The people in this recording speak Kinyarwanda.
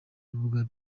rubuga